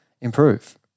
improve